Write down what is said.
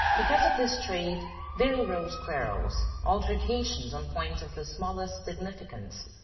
because of this trait there arose quarrels, altercations on points of the smallest significance,